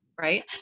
right